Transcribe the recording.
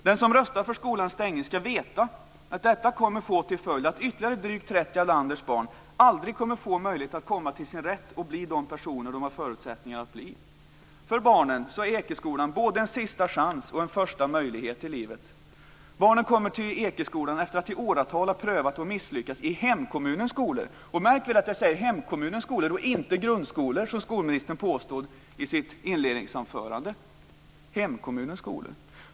Den som röstar för skolans stängning ska veta att detta kommer att få till följd att ytterligare drygt 30 av landets barn aldrig kommer att få möjlighet att komma till sin rätt och bli de personer de har förutsättningar att bli. För barnen är Ekeskolan både en sista chans och en första möjlighet till livet. Barnen kommer till Ekeskolan efter att i åratal ha prövat och misslyckats i hemkommunens skolor. Märk väl att jag säger "hemkommunens skolor" och inte grundskolor, som skolministern påstod i sitt inledningsanförande.